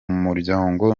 muryango